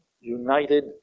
united